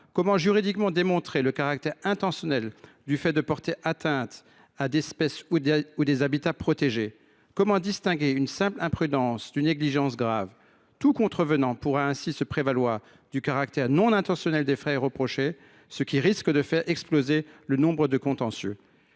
démontrer juridiquement le caractère intentionnel du fait de porter atteinte à des espèces ou à des habitats protégés ? Comment distinguer une simple imprudence d’une négligence grave ? Tout contrevenant pourrait ainsi se prévaloir du caractère non intentionnel des faits reprochés, ce qui risque de faire exploser le nombre des contentieux.